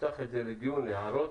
נפתח את זה לדיון, להערות.